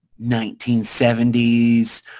1970s